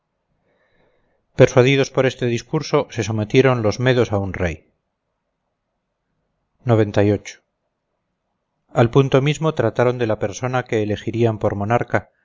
persuadidos por este discurso se sometieron los medos a un rey al punto mismo trataron de la persona que elegirían por monarca